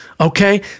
Okay